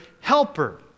helper